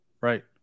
right